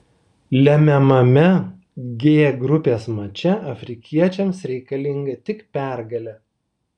lemiamame g grupės mače afrikiečiams reikalinga tik pergalė